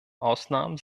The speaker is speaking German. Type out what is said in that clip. ausnahmen